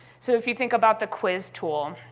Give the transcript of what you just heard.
so if you think about the quiz tool,